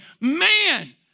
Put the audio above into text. man